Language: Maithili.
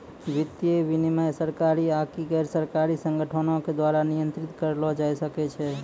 वित्तीय विनियमन सरकारी आकि गैरसरकारी संगठनो के द्वारा नियंत्रित करलो जाय सकै छै